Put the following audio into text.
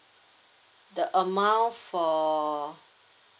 the amount for